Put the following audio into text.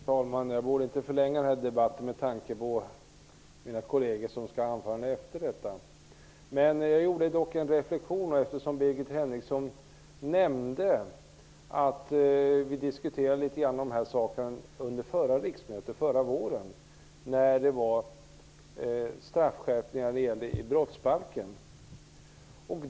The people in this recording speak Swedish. Herr talman! Jag borde inte förlänga denna debatt med tanke på de kolleger som skall hålla anföranden efter mig, men jag vill ändå göra en reflexion, eftersom Birgit Henriksson nämnde att vi diskuterade dessa frågor litet grand i riksdagen under förra våren. Det gällde då straffskärpningar i brottsbalken.